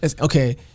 Okay